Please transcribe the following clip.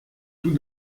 tout